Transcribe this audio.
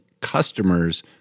customers